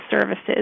Services